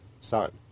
son